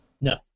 No